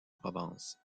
provence